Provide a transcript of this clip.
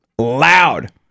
loud